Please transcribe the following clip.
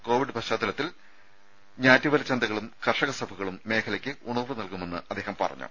Covid പശ്ചാത്തലത്തിൽ ഞാറ്റുവേല ചന്തകളും കർഷക സഭകളും മേഖലയ്ക്ക് ഉണർവ് നൽകുമെന്ന് അദ്ദേഹം പറഞ്ഞു